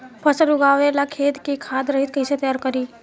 फसल उगवे ला खेत के खाद रहित कैसे तैयार करी?